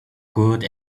good